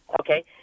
Okay